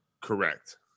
Correct